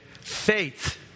Faith